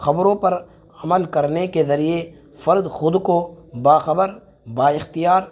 خبروں پر عمل کرنے کے ذریعے فرد خود کو باخبر بااختیار